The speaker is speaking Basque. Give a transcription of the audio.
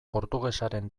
portugesaren